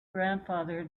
grandfather